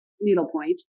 needlepoint